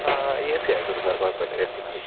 ആ A C ആയിക്കോട്ടെ sir കുഴപ്പമില്ല എ സി മതി